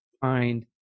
find